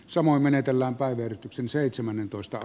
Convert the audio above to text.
samoin menetellään päivystyksen seitsemännentoista